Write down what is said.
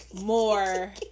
more